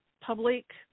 public